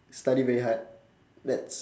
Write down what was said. study very hard that's